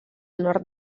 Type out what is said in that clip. nord